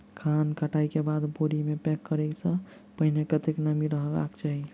धान कटाई केँ बाद बोरी मे पैक करऽ सँ पहिने कत्ते नमी रहक चाहि?